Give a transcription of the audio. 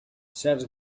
certs